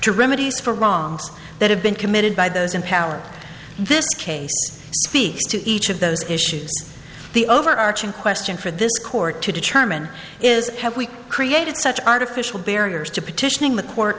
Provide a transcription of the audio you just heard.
to remedies for wrongs that have been committed by those in power this case speak to each of those issues the overarching question for this court to determine is have we created such artificial barriers to petitioning the court